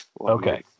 Okay